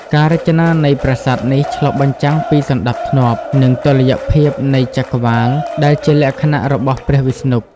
ការរចនានៃប្រាសាទនេះឆ្លុះបញ្ចាំងពីសណ្តាប់ធ្នាប់ និងតុល្យភាពនៃចក្រវាឡ ដែលជាលក្ខណៈរបស់ព្រះវិស្ណុ។